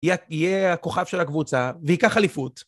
יהיה הכוכב של הקבוצה וייקח אליפות.